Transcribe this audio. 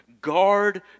Guard